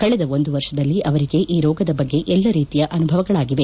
ಕಳೆದ ಒಂದು ವರ್ಷದಲ್ಲಿ ಅವರಿಗೆ ಈ ರೋಗದ ಬಗ್ಗೆ ಎಲ್ಲ ರೀತಿಯ ಅನುಭವಗಳಾಗಿವೆ